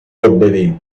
obbedì